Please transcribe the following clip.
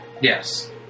Yes